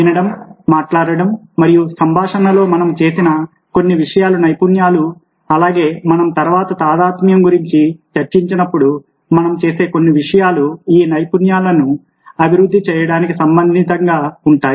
వినడం మాట్లాడటం మరియు సంభాషణలో మనం చేసిన కొన్ని విషయాలు నైపుణ్యాలు అలాగే మనం తర్వాత తాదాత్మ్యం గురించి చర్చించినప్పుడు మనం చేసే కొన్ని విషయాలు ఈ నైపుణ్యాలను అభివృద్ధి చేయడానికి సంబంధితంగా ఉంటాయి